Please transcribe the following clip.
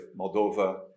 Moldova